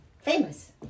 famous